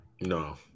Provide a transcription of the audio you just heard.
No